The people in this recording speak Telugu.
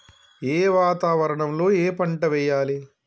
ఏ వాతావరణం లో ఏ పంట వెయ్యాలి?